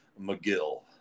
McGill